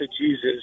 Jesus